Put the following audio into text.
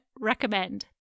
recommend